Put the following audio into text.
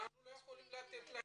אנחנו לא יכולים לתת להם".